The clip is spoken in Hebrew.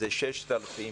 אלה 6,000,